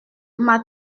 m’a